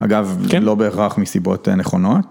אגב, לא בהכרח מסיבות נכונות.